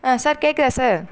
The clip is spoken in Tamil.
ஆ சார் கேட்குதா சார்